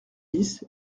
dix